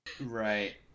Right